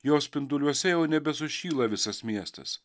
jos spinduliuose jau nebesušyla visas miestas